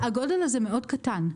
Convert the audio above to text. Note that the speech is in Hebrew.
הגודל הזה מאוד קטן.